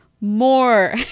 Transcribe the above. more